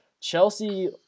Chelsea